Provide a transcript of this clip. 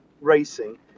racing